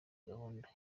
gahunda